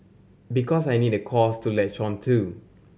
because I need a cause to latch on to